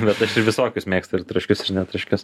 bet aš ir visokius mėgstu ir traškius ir netraškius